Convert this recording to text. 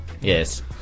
Yes